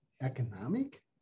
economic